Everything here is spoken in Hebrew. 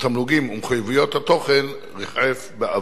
התמלוגים ומחויבויות התוכן ריחף באוויר.